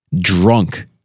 Drunk